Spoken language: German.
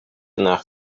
nach